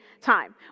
time